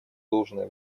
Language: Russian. должное